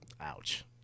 Ouch